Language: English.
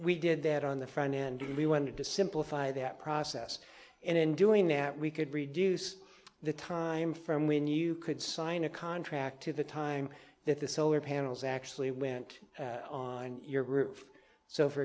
we did that on the front end and we wanted to simplify that process and in doing that we could reduce the time from when you could sign a contract to the time that the solar panels actually went on your roof so for